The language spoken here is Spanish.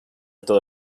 todo